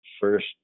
first